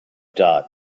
dot